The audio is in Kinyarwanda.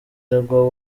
jaguar